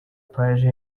paji